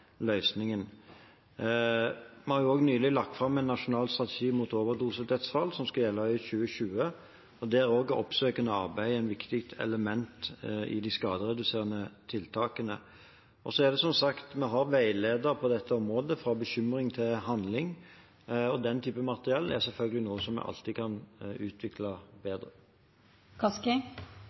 løsningen. Vi har også nylig lagt fram en nasjonal strategi mot overdosedødsfall, som skal gjelde i 2020. Også der er oppsøkende arbeid et viktig element i de skadereduserende tiltakene. Så har vi som sagt en veileder på dette området, «Fra bekymring til handling», og den typen materiell er selvfølgelig noe som vi alltid kan utvikle til det bedre.